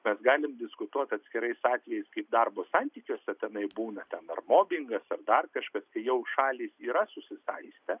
mes galim diskutuot atskirais atvejais kaip darbo santykiuose tenai būna ten ar mobingas ar dar kažkas tai jau šalys yra susisaistę